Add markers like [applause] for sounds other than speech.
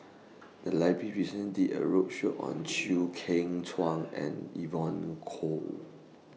[noise] The Library recently did A roadshow on Chew Kheng Chuan and Evon Kow